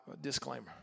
disclaimer